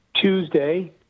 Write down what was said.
Tuesday